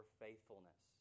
faithfulness